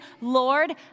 Lord